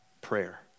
prayer